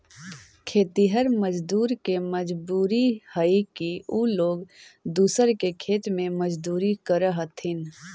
खेतिहर मजदूर के मजबूरी हई कि उ लोग दूसर के खेत में मजदूरी करऽ हथिन